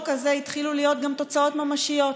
הזה התחילו להיות גם תוצאות ממשיות.